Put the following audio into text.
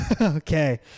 Okay